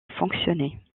fonctionné